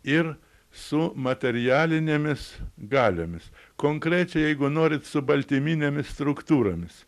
ir su materialinėmis galiomis konkrečiai jeigu norit su baltyminėmis struktūromis